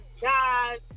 guys